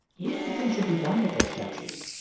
what do you think should be done with those statues?